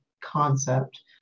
concept